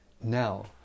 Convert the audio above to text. Now